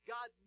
God